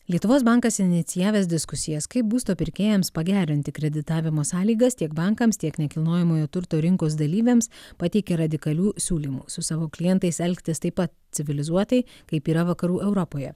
lietuvos bankas inicijavęs diskusijas kaip būsto pirkėjams pagerinti kreditavimo sąlygas tiek bankams tiek nekilnojamojo turto rinkos dalyviams pateikė radikalių siūlymų su savo klientais elgtis taip pat civilizuotai kaip yra vakarų europoje